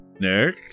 Nick